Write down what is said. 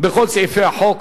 בכל סעיפי החוק,